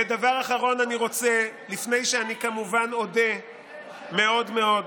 ודבר אחרון: לפני שאני אודה מאוד מאוד,